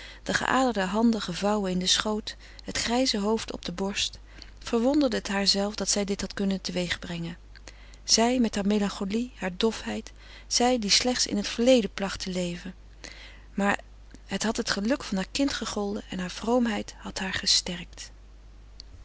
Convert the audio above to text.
de geaderde handen gevouwen in haar schoot het grijze hoofd op de borst verwonderde het haarzelve dat zij dit had kunnen te weeg brengen zij met hare melancholie hare dofheid zij die slechts in het verleden placht te leven maar het had het geluk van haar kind gegolden en hare vroomheid had haar gesterkt